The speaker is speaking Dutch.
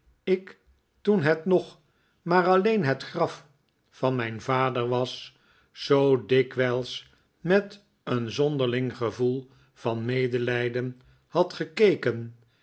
ik toen het nog maar alleen het graf van mijn vader was zoo dikwijls met een zonderling gevoel van medelijden had gekeken